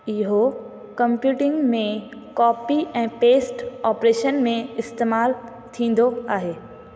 इहो कंप्यूटिंग में कॉपी ऐं पेस्ट ऑपरेशन में इस्तेमाल थींदो आहे